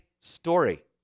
story